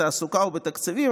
בתעסוקה ובתקציבים.